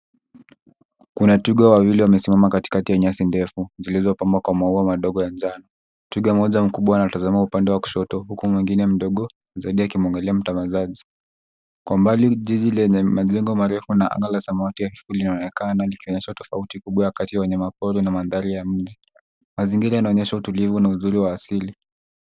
Kuna twiga wawili wamesimama katikati ya nyasi ndefu zilizopambwa kwa maua madogo ya njano. Twiga mmoja mkubwa anatazama upande wa kushoto huku mwingine mdogo zaidi akimwangalia mtangazaji. Kwa mbali, jiji lenye majengo marefu na anga la samawati ya kivuli inaonekana ikionyesha tofauti kubwa kati ya wanyama pori na mandhari ya nje. Mazingira inaonyesha utulivu na uzuri wa asili.